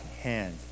hand